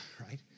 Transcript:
right